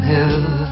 Hill